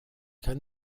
kann